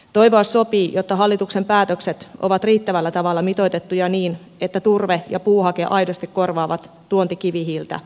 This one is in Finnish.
toivoa sopii että hallituksen päätökset ovat riittävällä tavalla mitoitettuja niin että turve ja puuhake aidosti korvaavat tuontikivihiiltä